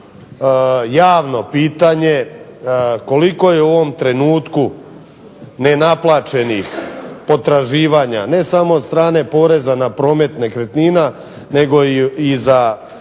javno pitanje koliko je u ovom trenutku nenaplaćenih potraživanja, ne samo od strane poreza na promet nekretnina, nego i za